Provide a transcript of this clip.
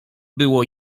był